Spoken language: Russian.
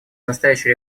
настоящей